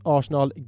Arsenal